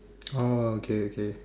oh okay okay